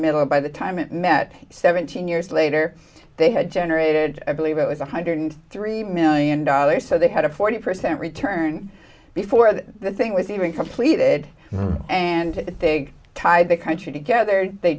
middle and by the time it met seventeen years later they had generated i believe it was one hundred three million dollars so they had a forty percent return before the thing was even completed and dig tied the country together they